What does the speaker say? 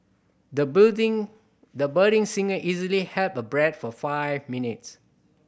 the budding the budding singer easily held her breath for five minutes